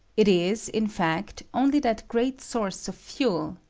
it is, in fact, only that great source of fuel,